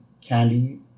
candy